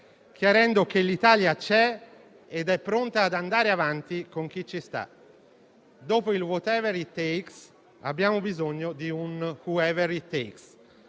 chiarendo che l'Italia c'è ed è pronta ad andare avanti con chi ci sta. Dopo il *whatever it takes*, abbiamo bisogno di un *whoever it takes*,